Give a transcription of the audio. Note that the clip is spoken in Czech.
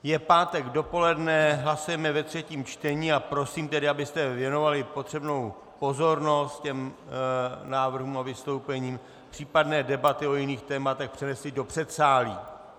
Je pátek dopoledne, hlasujeme ve třetím čtení a prosím tedy, abyste věnovali potřebnou pozornost těm návrhům a vystoupením, případné debaty o jiných tématech přenesli do předsálí.